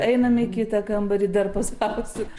einame į kitą kambarį dar paspausiu